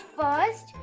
first